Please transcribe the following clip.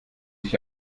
sich